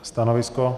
Stanovisko?